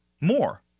more